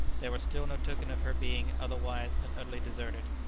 there was still no token of her being otherwise than utterly deserted,